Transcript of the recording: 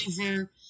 over